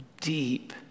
deep